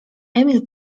emil